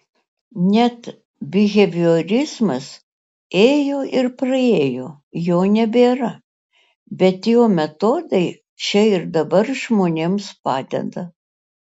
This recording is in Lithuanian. net biheviorizmas ėjo ir praėjo jo nebėra bet jo metodai čia ir dabar žmonėms padeda